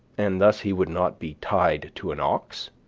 and thus he would not be tied to an ox,